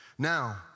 Now